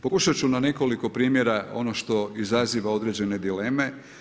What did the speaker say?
Pokušat ću na nekoliko primjera ono što izaziva određene dileme.